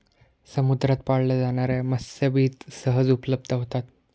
समुद्रात पाळल्या जाणार्या मत्स्यबीज सहज उपलब्ध होतात